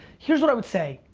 here's what i would say,